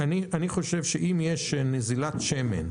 אני חושב שאם יש נזילת שמן,